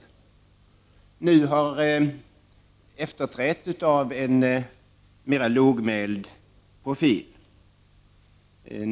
Dessa debatter har nu efterträtts av en debatt med en mer lågmäld profil.